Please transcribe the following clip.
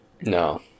No